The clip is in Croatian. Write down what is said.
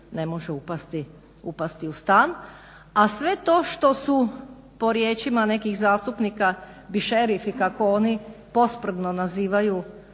ne može upasti u stan, a sve to što su po riječima nekih zastupnika bi šerifi kako oni posprdno nazivaju